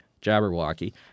Jabberwocky